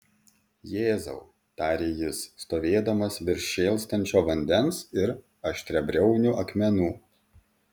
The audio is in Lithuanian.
jėzau tarė jis stovėdamas virš šėlstančio vandens ir aštriabriaunių akmenų